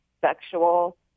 sexual